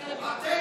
אתם